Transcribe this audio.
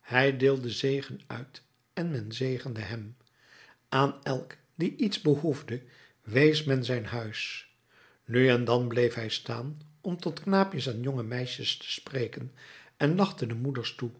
hij deelde zegen uit en men zegende hem aan elk die iets behoefde wees men zijn huis nu en dan bleef hij staan om tot knaapjes en jonge meisjes te spreken en lachte de moeders toe